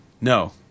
No